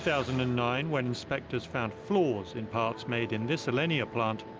thousand and nine, when inspectors found flaws in parts made in this alenia plant,